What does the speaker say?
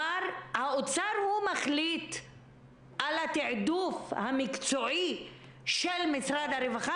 האם האוצר מחליט על התעדוף המקצועי של משרד הרווחה?